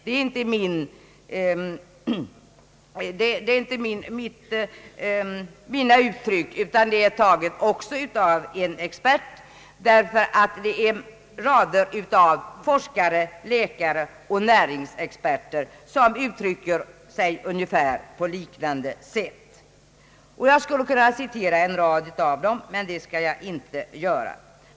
Detta är inte mina uttryck, utan de är tagna från en expert. Också rader av forskare, läkare och näringsexperter uttrycker sig på liknande sätt. Jag skulle kunna citera flera av dem men det avstår jag från.